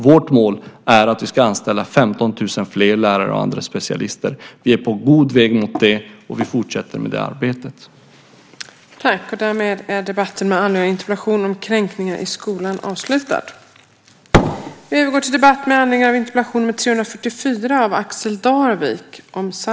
Vårt mål är att anställa 15 000 fler lärare och andra specialister. Vi är på god väg mot det och vi fortsätter det arbetet. Överläggningen av härmed avslutad.